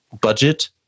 budget